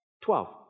Twelve